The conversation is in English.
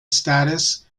status